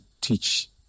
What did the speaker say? teach